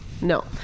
No